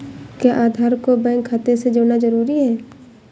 क्या आधार को बैंक खाते से जोड़ना जरूरी है?